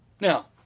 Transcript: Now